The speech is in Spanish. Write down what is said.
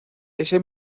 ese